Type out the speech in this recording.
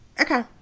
Okay